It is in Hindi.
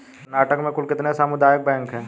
कर्नाटक में कुल कितने सामुदायिक बैंक है